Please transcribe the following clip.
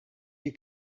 you